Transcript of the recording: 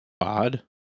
Odd